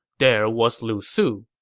there was lu su,